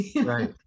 Right